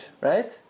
right